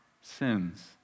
sins